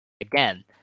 again